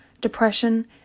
depression